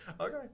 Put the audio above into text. Okay